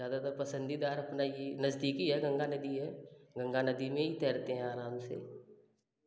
ज़्यादातर पसंदीदार अपना ये ही नज़दीक ही है गंगा नदी है गंगा नदी में ही तैरते हैं आराम से